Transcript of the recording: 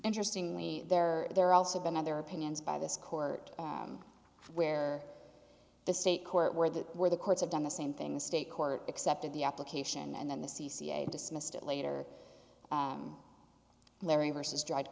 interestingly there there also been other opinions by this court where the state court where the where the courts have done the same thing the state court accepted the application and then the c c a dismissed it later larry versus dried